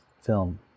film